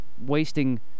wasting